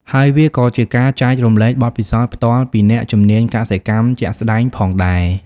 ហើយវាក៏ជាការចែករំលែកបទពិសោធន៍ផ្ទាល់ពីអ្នកជំនាញកសិកម្មជាក់ស្តែងផងដែរ។